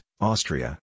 Austria